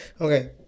Okay